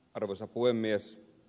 arvoisa puhemies